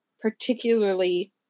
particularly